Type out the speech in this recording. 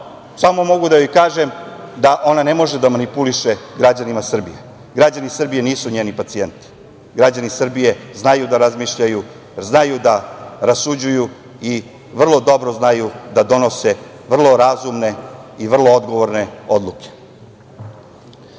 samo mogu da joj kažem da ona ne može da manipuliše građanima Srbije. Građani Srbije nisu njeni pacijenti. Građani Srbije znaju da razmišljaju, znaju da rasuđuju i vrlo dobro znaju da donose vrlo razumne i vrlo odgovorne odluke. Oni